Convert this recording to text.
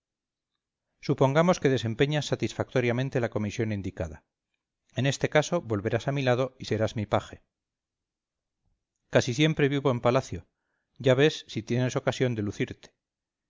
supongamos que desempeñas satisfactoriamente la comisión indicada en este caso volverás a mi lado y serás mi paje casi siempre vivo en palacio ya ves si tienes ocasión de lucirte